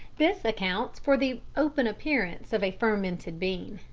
this accounts for the open appearance of a fermented bean.